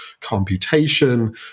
computation